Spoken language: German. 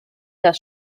das